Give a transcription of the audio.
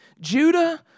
Judah